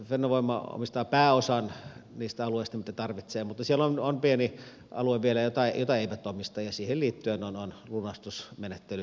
fennovoima omistaa pääosan niistä alueista mitä tarvitsee mutta siellä on pieni alue vielä jota se ei omista ja siihen liittyen on lunastusmenettely vielä käynnissä